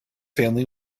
family